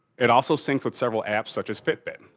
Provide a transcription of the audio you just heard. it also syncs with several apps such as fitbit,